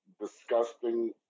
disgusting